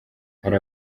hari